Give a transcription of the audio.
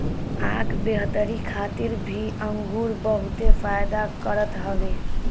आँख बेहतरी खातिर भी अंगूर बहुते फायदा करत हवे